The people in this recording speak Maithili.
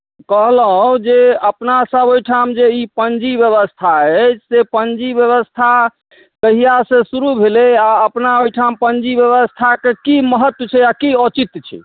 कहलहुँ जे अपनासभ ओहिठाम जे ई पञ्जी व्यवस्था अइ से पञ्जी व्यवस्था कहियासँ शुरु भेलै आ अपना ओहिठाम पञ्जी व्यवस्थाके की महत्त्व छै आ की औचित्य छै